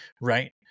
Right